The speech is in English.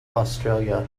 australia